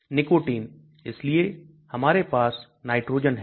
Nicotine इसलिए हमारे पास नाइट्रोजन है